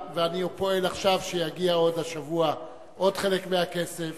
ואני פועל עכשיו שיגיע, עוד השבוע, עוד חלק מהכסף.